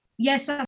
Yes